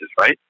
right